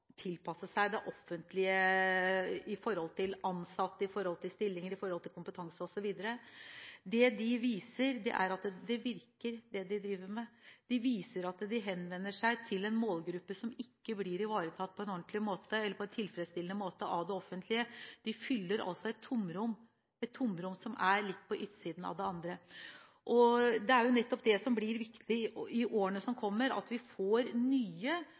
tilpasse seg det offentlige i forhold til ansatte, i forhold til stillinger, i forhold til kompetanse osv. Det de viser, er at det de driver med, virker. Resultater viser at de henvender seg til en målgruppe som ikke blir ivaretatt på en ordentlig eller tilfredsstillende måte av det offentlige. De fyller altså et tomrom, som er litt på utsiden av det andre. Det er viktig i årene som kommer, at vi